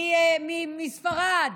מספרד,